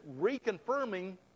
reconfirming